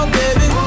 baby